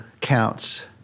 counts